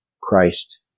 Christ